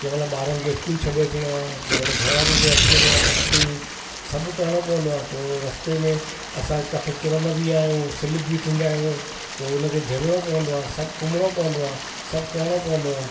कंहिमहिल ॿारनि खे स्कूल छॾे अचिणो आहे कंहिंमहिल घरु वारीअ खे वठी वञिणो आहे कटनी सभु करिणो पवंदो आहे पोइ रस्ते में असां काथे किरंदा बि आहियूं स्लिप बि थींदा आहियूं पोइ उन खे झेलिड़ो पवंदो आहे सभु कुमणो पवंदो आहे सभु करिणो पवंदो आहे